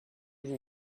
vous